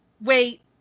wait